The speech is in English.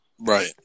Right